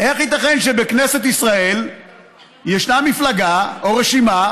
איך ייתכן שבכנסת ישראל יש מפלגה או רשימה